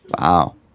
Wow